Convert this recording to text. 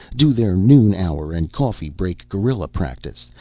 do their noon-hour and coffee-break guerrilla practice,